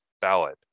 ballot